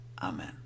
Amen